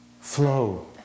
Flow